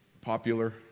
popular